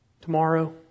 tomorrow